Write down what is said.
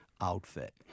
outfit